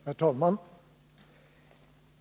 Herr talman!